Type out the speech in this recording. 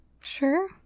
sure